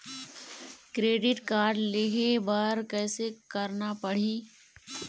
Credit card लेहे बर कैसे करना पड़ही?